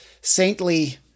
saintly